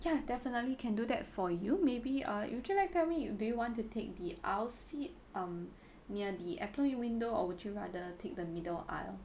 yeah definitely can do that for you maybe uh would you like tell me do you want to take the aisle seat um near the airplane window or would you like to take the middle aisle